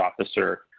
officer